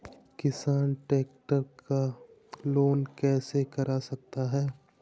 किसान ट्रैक्टर का लोन कैसे करा सकता है?